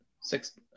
Six